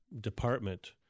department